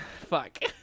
Fuck